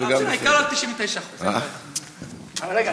העיקר על 99%. אבל רגע,